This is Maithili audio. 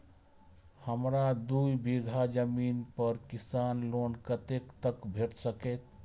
हमरा दूय बीगहा जमीन पर किसान लोन कतेक तक भेट सकतै?